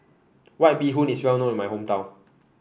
White Bee Hoon is well known in my hometown